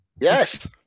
Yes